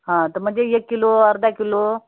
हां तर म्हणजे एक किलो अर्धा किलो